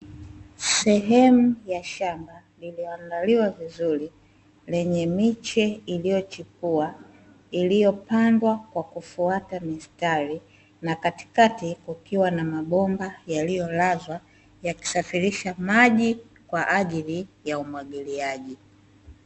Sehemu ya shamba lililoandaliwa vizuri lenye miche iliyochipua iliyopandwa kwa kufuata mistari, na katikati kukiwa na mabomba yaliyolazwa yakisafirisha maji kwaajili ya umwagiliaji.